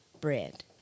bread